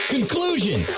Conclusion